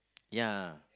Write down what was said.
ya